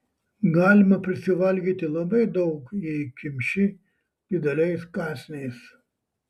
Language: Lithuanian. galima prisivalgyti labai daug jei kimši dideliais kąsniais